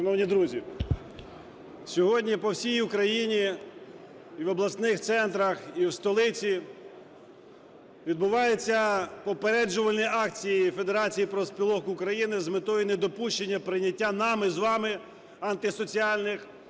Шановні друзі, сьогодні по всій Україні і в обласних центрах, і в столиці відбуваються попереджувальні акції Федерації профспілок України з метою недопущення прийняття нами з вами антисоціальних,